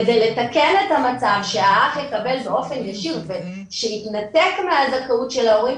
כדי לתקן את המצב שהאח יקבל באופן ישיר ושיתנתק מהזכאות של ההורים,